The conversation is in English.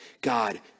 God